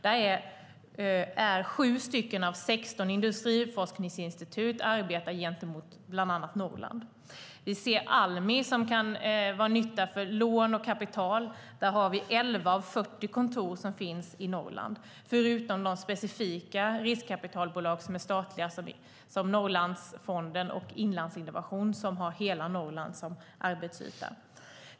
Det är 7 av 16 industriforskningsinstitut som arbetar gentemot bland annat Norrland. Almi kan vara till nytta vad gäller lån och kapital. 11 av 40 deras kontor finns i Norrland, förutom de riskkapitalbolag som är statliga, såsom Norrlandsfonden och Inlandsinnovation, och som har hela Norrland som arbetsyta.